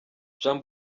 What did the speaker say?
jean